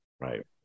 Right